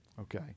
okay